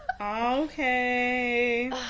Okay